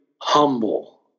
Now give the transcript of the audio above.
humble